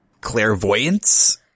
clairvoyance